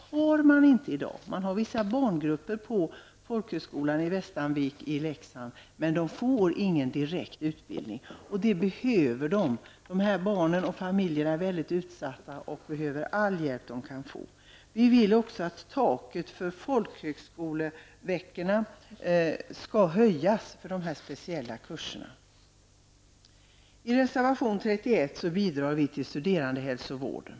Så är det inte i dag. Det finns vissa barngrupper vid folkhögskolan Västanvik i Leksand. Men det är inte fråga om någon direkt utbildning. Sådan behövs dock. De här barnen och familjerna är väldigt utsatta och behöver all hjälp som det är möjligt att ge. Vidare vill vi att taket för folkhögskoleveckorna skall höjas för de här speciella kurserna. Reservation 31 handlar om bidrag till studerandehälsovården.